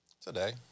today